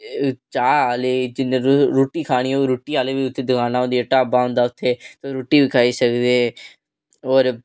चाह् आह्ले जेल्लै तुस रुट्टी खानी होवे रुट्टी आह्ली बी उत्थै दकानां होंदियां ढाबा होंदा उत्थै तुस रुट्टी बी खाई सकदे और